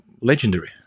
legendary